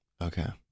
okay